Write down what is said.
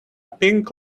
pink